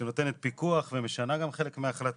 שנותנת פיקוח ומשנה גם חלק מההחלטות.